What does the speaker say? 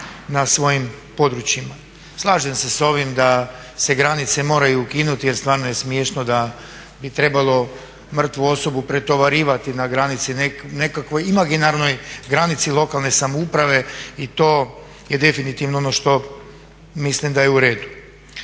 na svojim područjima. Slažem se sa ovim da se granice moraju ukinuti, jer stvarno je smiješno da bi trebalo mrtvu osobu pretovarivati na granici nekakvoj imaginarnoj, granici lokalne samouprave i to je definitivno ono što mislim da je u redu.